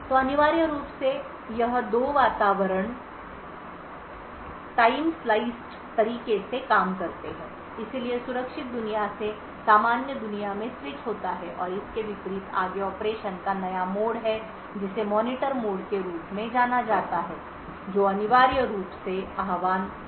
तो अनिवार्य रूप से यह दो वातावरण टाइम स्लाइस्ड तरीके से काम करते हैं इसलिए सुरक्षित दुनिया से सामान्य दुनिया में स्विच होता है और इसके विपरीत आगे ऑपरेशन का एक नया मोड है जिसे मॉनिटर मोड के रूप में जाना जाता है जो अनिवार्य रूप सेआह्वान किया जाता